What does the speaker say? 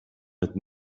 mit